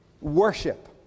worship